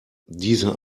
diese